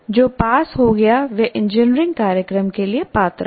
जो पास हो गया वह इंजीनियरिंग कार्यक्रम के लिए पात्र है